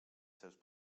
seus